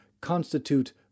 constitute